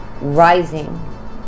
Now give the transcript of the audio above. rising